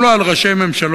גם לא על ראשי ממשלות